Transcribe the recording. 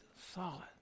solid